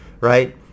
right